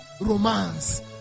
romance